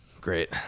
great